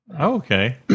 Okay